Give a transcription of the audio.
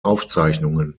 aufzeichnungen